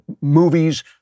movies